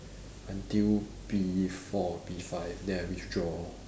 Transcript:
until p four or p five then I withdraw